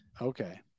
Okay